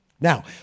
Now